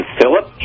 Philip